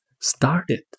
started